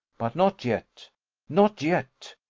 but not yet not yet.